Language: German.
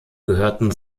gehörten